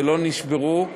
ולא נשברו.